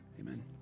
Amen